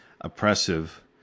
oppressive